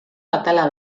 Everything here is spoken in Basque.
atala